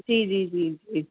جی جی جی جی